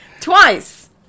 Twice